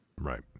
Right